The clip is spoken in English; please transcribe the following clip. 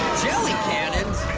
jelly cannons?